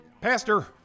Pastor